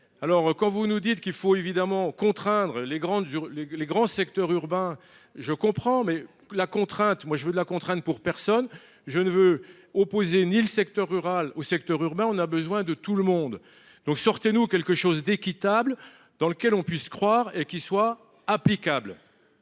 Alors quand vous nous dites qu'il faut évidemment contraindre les grandes sur les les grands secteurs urbains. Je comprends mais la contrainte. Moi je veux de la contrainte pour personne, je ne veux opposer ni le secteur rural au secteur urbain. On a besoin de tout le monde donc sortez-nous quelque chose d'équitable dans lequel on puisse croire et qui soit applicable.